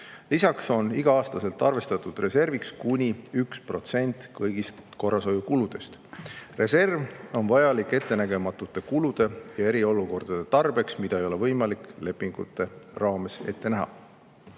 Lisaks on iga-aastaselt arvestatud reserviks kuni 1% kõigist korrashoiukuludest. Reserv on vajalik ettenägematute kulude ja eriolukordade tarbeks, mida ei ole võimalik lepingute raames ette näha.